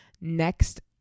next